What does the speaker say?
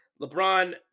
LeBron